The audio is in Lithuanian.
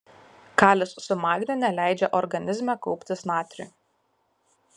kalis su magniu neleidžia organizme kauptis natriui